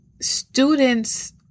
students